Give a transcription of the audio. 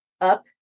up